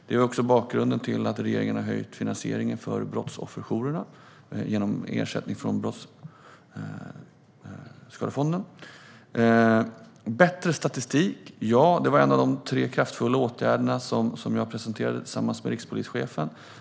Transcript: Det är också bakgrunden till att regeringen har ökat finansieringen till brottsofferjourerna genom ersättning från brottsskadefonden. Den tredje frågan handlade om bättre statistik. Ja, det var en av de tre kraftfulla åtgärder jag presenterade tillsammans med rikspolischefen.